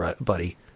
buddy